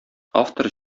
автор